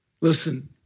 listen